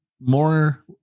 more